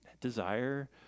desire